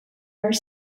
are